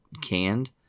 canned